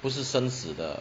不是生死的